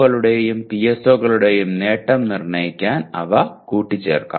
കളുടെയും PSO കളുടെയും നേട്ടം നിർണ്ണയിക്കാൻ അവ കൂട്ടിച്ചേർക്കാം